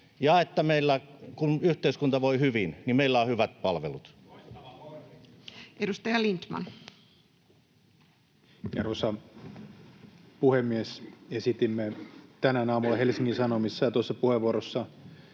ja että kun meillä yhteiskunta voi hyvin, niin meillä on hyvät palvelut. Edustaja Lindtman. Arvoisa puhemies! Esitimme tänään aamulla Helsingin Sanomissa ja tuossa puheenvuorossa